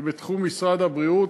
היא בתחום משרד הבריאות,